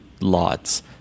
lots